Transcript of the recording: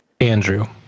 Andrew